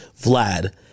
Vlad